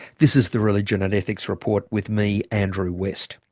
this is the religion and ethics report with me, andrew west